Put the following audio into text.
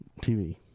TV